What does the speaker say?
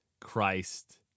Christ